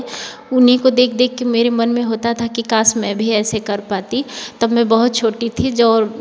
उन्हीं को देख देख कर मेरे मन में होता था की काश मैं भी ऐसे कर पाती तब मैं बहुत छोटी थी और